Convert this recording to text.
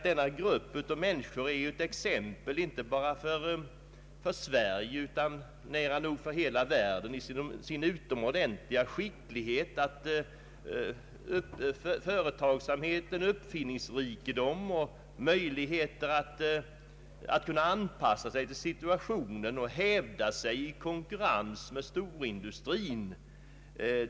Denna grupp av människor är ett exempel inte bara för Sverige utan nära nog för hela världen i sin utomordentliga skicklighet, företagsamhet, uppfinningsrikedom och förmåga att anpassa sig till marknadssituationen och hävda sig i konkurrens med storindustrin.